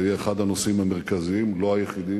זה יהיה אחד הנושאים המרכזיים, לא היחידים,